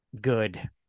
good